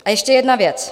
A ještě jedna věc.